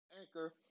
Anchor